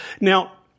Now